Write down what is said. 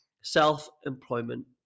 self-employment